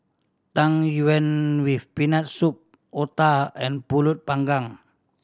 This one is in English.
Tang Yuen with Peanut Soup otah and Pulut Panggang